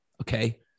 okay